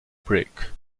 break